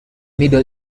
middle